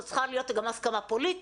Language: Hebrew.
זו צריכה להיות גם הסכמה פוליטית,